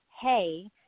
Hey